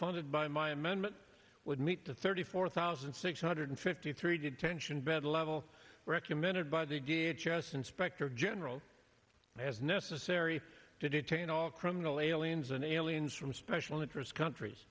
funded by my amendment would meet the thirty four thousand six hundred fifty three detention bed level recommended by the i r s inspector general as necessary to detain all criminal aliens and aliens from special interest countries